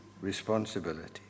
responsibility